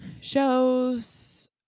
shows